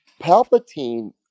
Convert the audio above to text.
Palpatine